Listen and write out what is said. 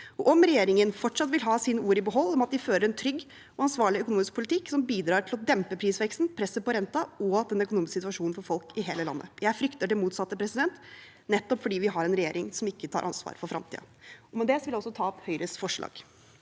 og om regjeringen fortsatt vil ha sine ord i behold om at de fører en trygg og ansvarlig økonomisk politikk som bidrar til å dempe prisveksten og presset på renten og bedrer den økonomiske situasjonen for folk i hele landet. Jeg frykter det motsatte, nettopp fordi vi har en regjering som ikke tar ansvar for fremtiden. Med det vil jeg ta opp Høyres forslag.